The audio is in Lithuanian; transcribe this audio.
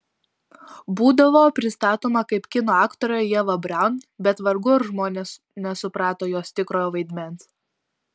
būdavo pristatoma kaip kino aktorė ieva braun bet vargu ar žmonės nesuprato jos tikrojo vaidmens